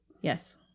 yes